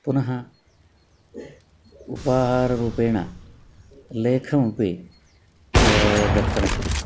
पुनः उपाहाररूपेण लेखमपि दत्तमस्ति